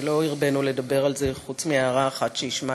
ולא הרבינו לדבר על זה חוץ מהערה אחת שהשמעתי,